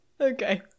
okay